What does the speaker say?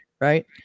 Right